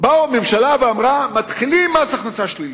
באה הממשלה ואמרה: מתחילים עם מס הכנסה שלילי.